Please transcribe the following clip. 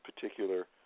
particular